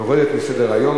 יורדת מסדר-היום.